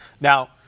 Now